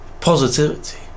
positivity